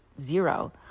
Zero